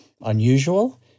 unusual